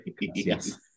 Yes